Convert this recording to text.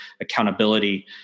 accountability